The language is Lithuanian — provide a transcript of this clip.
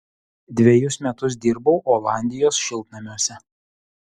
dvejus metus dirbau olandijos šiltnamiuose